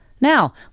Now